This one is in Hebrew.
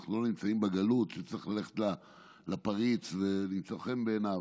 אנחנו לא נמצאים בגלות שצריך ללכת לפריץ ולמצוא חן בעיניו.